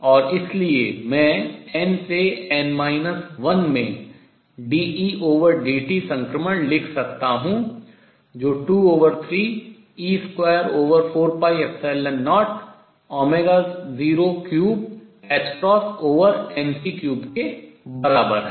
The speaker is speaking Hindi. और इसलिए मैं n से n 1 में dEdt संक्रमण लिख सकता हूँ जो 23e24003mc3 के बराबर है